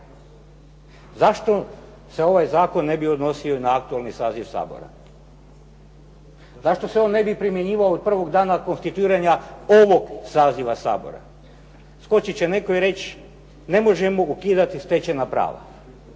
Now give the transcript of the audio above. Zašto se ovaj zakon ne bi odnosio i na aktualni saziv Sabora. Zašto se on ne bi primjenjivao od prvog dana konstituiranja ovog saziva Sabora. Skočiti će netko i reći ne možemo ukidati stečena prava.